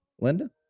Linda